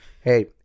Hey